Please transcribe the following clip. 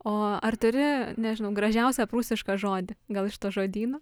o ar turi nežinau gražiausią prūsišką žodį gal iš to žodyno